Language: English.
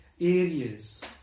areas